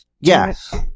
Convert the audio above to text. Yes